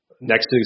next